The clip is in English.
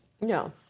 No